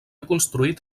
construït